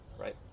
right